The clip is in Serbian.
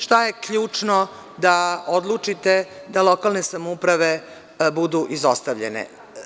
Šta je ključno da odlučite da lokalne samouprave budu izostavljene?